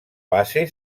base